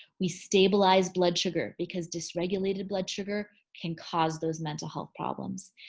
we stabilize blood sugar because dysregulated blood sugar can cause those mental health problems.